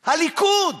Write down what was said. הליכוד,